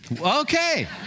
Okay